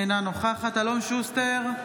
אינה נוכחת אלון שוסטר,